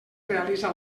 realitza